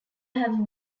have